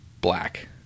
black